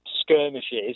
skirmishes